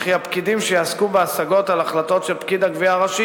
וכי הפקידים שיעסקו בהשגות על החלטות של פקיד הגבייה הראשי